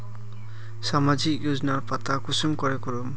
सामाजिक योजनार पता कुंसम करे करूम?